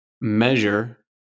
measure